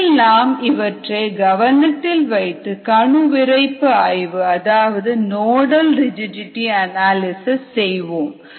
இதில் நாம் இவற்றை கவனத்தில் வைத்து கணு விரைப்பு ஆய்வு அதாவது நோடல் ரிஜிட்டிடி அனாலிசிஸ் செய்வோம்